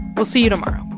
we'll see you tomorrow